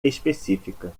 específica